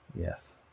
Yes